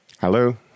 Hello